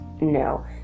No